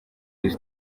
kujya